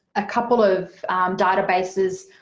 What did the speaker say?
a couple of databases,